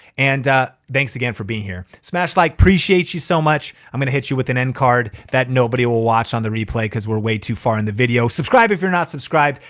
and thanks again for being here. smash like. appreciate you so much. i'm gonna hit you with an end card that nobody will watch on the replay cause we're way too far in the video. subscribe if you're not subscribed,